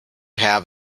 have